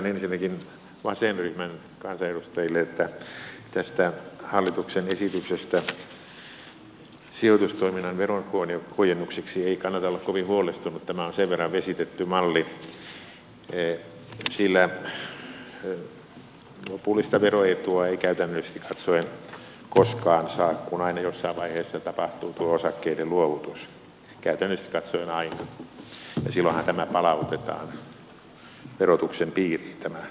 totean ensinnäkin vasenryhmän kansanedustajille että tästä hallituksen esityksestä sijoitustoiminnan veronhuojennukseksi ei kannata olla kovin huolestunut tämä on sen verran vesitetty malli sillä lopullista veroetua ei käytännöllisesti katsoen koskaan saa kun aina jossain vaiheessa tapahtuu tuo osakkeiden luovutus käytännöllisesti katsoen aina ja silloinhan tämä lain suoma vähennys palautetaan verotuksen piiriin